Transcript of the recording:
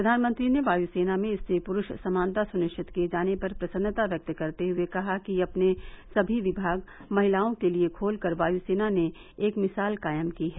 प्रधानमंत्री ने वायू सेना में स्त्री पुरुष समानता सुनिश्चित किये जाने पर प्रसन्नता व्यक्त करते हुए कहा कि अपने सभी विभाग महिलाओं के लिए खोल कर वायु सेना ने एक मिसाल कायम की है